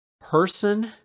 person